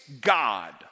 God